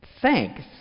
thanks